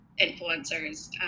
influencers